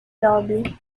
lobi